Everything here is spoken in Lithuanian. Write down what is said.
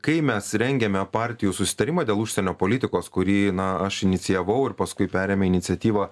kai mes rengėme partijų susitarimą dėl užsienio politikos kurį na aš inicijavau ir paskui perėmė iniciatyvą